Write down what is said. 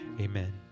amen